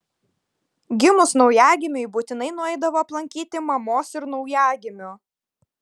gimus naujagimiui būtinai nueidavo aplankyti mamos ir naujagimio